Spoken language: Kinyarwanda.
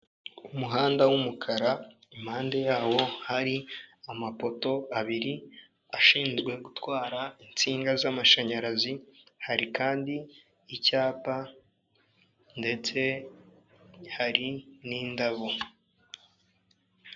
Umuhanda w'umukara impande yawo hari amapoto abiri ashinzwe gutwara insinga z'amashanyarazi, hari kandi icyapa ndetse hari n'indabo.